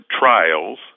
trials